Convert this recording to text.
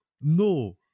No